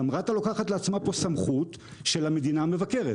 רת"א לוקחת לעצמה סמכות של המדינה המבקרת.